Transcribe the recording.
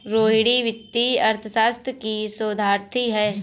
रोहिणी वित्तीय अर्थशास्त्र की शोधार्थी है